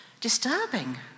Disturbing